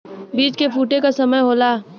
बीज के फूटे क समय होला